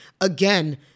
again